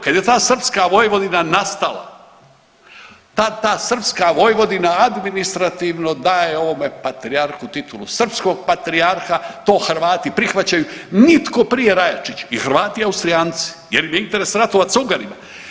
Kad je sta srpska Vojvodina nastala tad ta srpska Vojvodina administrativno daje ovome patrijarhu titulu srpskog patrijarha, to Hrvati prihvaćaju nitko prije Rajačić i Hrvati i Austrijanci jer je interes ratovat s Ugarima.